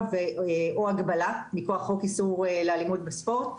או הגבלה מכוח חוק איסור לאלימות בספורט.